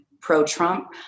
pro-Trump